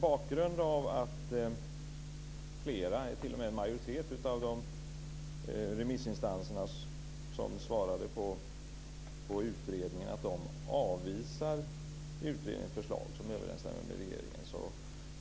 Fru talman! En majoritet av de remissinstanser som svarade på utredningen avvisar utredningens förslag som överensstämmer med regeringens.